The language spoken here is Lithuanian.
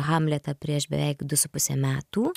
hamletą prieš beveik du su puse metų